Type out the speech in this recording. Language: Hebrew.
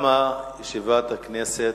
הודעה למזכירות הכנסת,